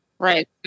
Right